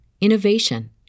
innovation